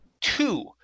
two